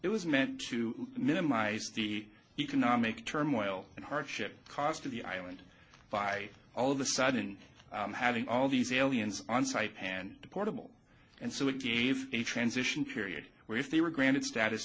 it was meant to minimize the economic turmoil and hardship cost of the island by all the sudden i'm having all these aliens on site hand deportable and so it gave a transition period where if they were granted status